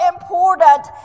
important